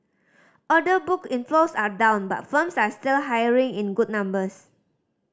order book inflows are down but firms are still hiring in good numbers